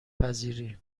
پذیری